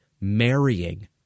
marrying